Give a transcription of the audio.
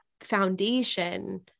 foundation